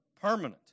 permanent